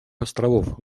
островов